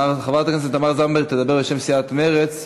חברת הכנסת תמר זנדברג תדבר בשם סיעת מרצ,